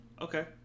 okay